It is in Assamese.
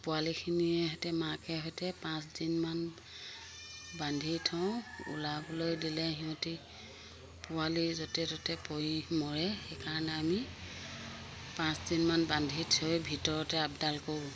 পোৱালিখিনিয়ে সেতে মাকে সৈতে পাঁচদিনমান বান্ধি থওঁ ওলাবলৈ দিলে সিহঁতি পোৱালি য'তে ত'তে পৰি মৰে সেইকাৰণে আমি পাঁচদিনমান বান্ধি থৈ ভিতৰতে আপডাল কৰোঁ